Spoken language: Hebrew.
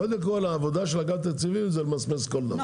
קודם כל העבודה של אגף התקציבים זה למסמס כל דבר.